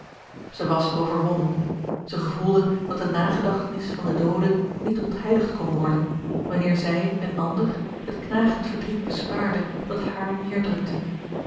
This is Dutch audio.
zij was overwonnen zij gevoelde dat de nagedachtenis van den doode niet ontheiligd kon worden wanneer zij een ander het knagend verdriet bespaarde dat haar